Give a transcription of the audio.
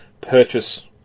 purchase